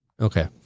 Okay